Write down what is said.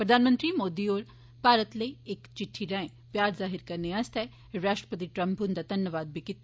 प्रधानमंत्री मोदी होरें भारत लेई इक चिट्ठी राएं प्यार जाह्र करने आस्तै राष्ट्रपति ट्रंप हुंदा धन्नबाद कीता